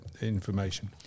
information